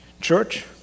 church